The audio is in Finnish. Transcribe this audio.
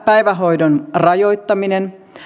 päivähoidon rajoittaminen